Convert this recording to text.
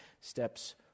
steps